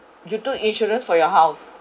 you took insurance for your house